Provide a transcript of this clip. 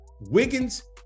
Wiggins